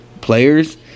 players